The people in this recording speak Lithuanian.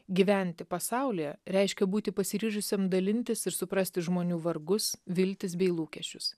gyventi pasaulyje reiškia būti pasiryžusiam dalintis ir suprasti žmonių vargus viltis bei lūkesčius